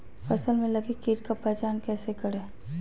फ़सल में लगे किट का पहचान कैसे करे?